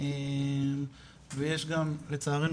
ויש גם לצערנו,